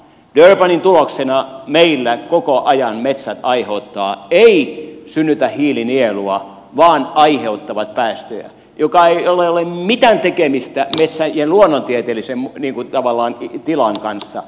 durbanin tuloksena meillä metsät eivät synnytä hiilinielua vaan koko ajan aiheuttavat päästöjä joilla ei ole mitään tekemistä metsän luonnontieteellisen tilan kanssa